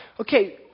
Okay